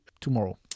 tomorrow